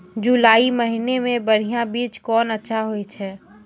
जुलाई महीने मे बढ़िया बीज कौन अच्छा होय छै?